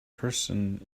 person